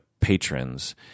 patrons